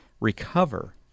recover